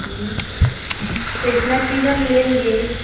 तो इतना चीज़ हम लेंगे